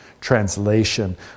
translation